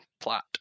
plot